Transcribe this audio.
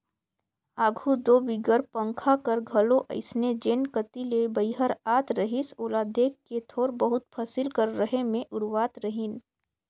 आघु दो बिगर पंखा कर घलो अइसने जेन कती ले बईहर आत रहिस ओला देख के थोर बहुत फसिल कर रहें मे उड़वात रहिन